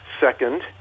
Second